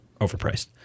overpriced